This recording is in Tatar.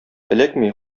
эләкми